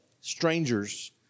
Strangers